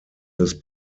his